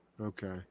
Okay